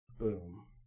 Boom